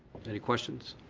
any questions?